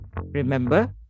Remember